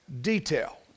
detail